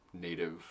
native